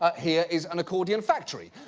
here is an accordion factory.